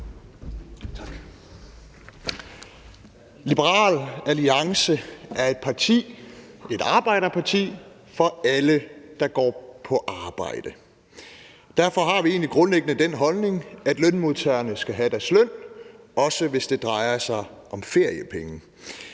Liberal Alliance er et parti – et arbejderparti – for alle, der går på arbejde. Derfor har vi egentlig grundlæggende den holdning, at lønmodtagerne skal have deres løn, også hvis det drejer sig om feriepenge.